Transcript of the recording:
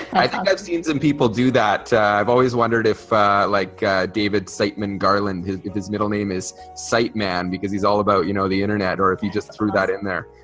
i think i've seen some people do that i've always wondered if like david siteman garland with his middle name is siteman because he's all about you know the internet or if you just threw that in there.